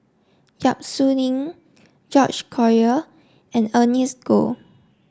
Yap Su Ning George Collyer and Ernest Goh